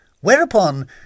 whereupon